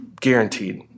Guaranteed